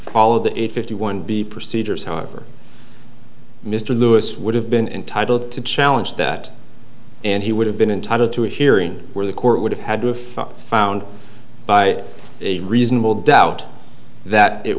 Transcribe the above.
follow the eight fifty one b procedures however mr lewis would have been entitled to challenge that and he would have been in total to a hearing where the court would have had to if found by a reasonable doubt that it